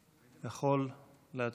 הוא יכול להצביע.